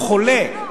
הוא חולה,